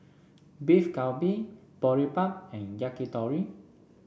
Beef Galbi Boribap and Yakitori